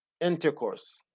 intercourse